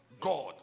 God